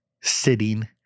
sitting